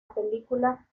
película